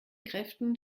kräften